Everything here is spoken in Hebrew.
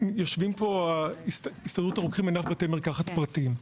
יושבים פה מהסתדרות הרוקחים ובתי מרקחת פרטיים.